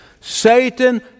Satan